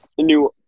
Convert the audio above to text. new